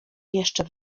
jeszcze